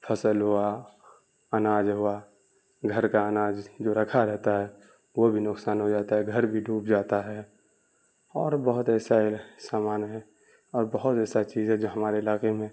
فصل ہوا اناج ہوا گھر کا اناج جو رکھا رہتا ہے وہ بھی نقصان ہو جاتا ہے گھر بھی ڈوب جاتا ہے اور بہت ایسا سامان ہے اور بہت ایسا چیز ہے جو ہمارے علاقے میں